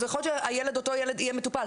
אז אותו ילד יהיה מטופל,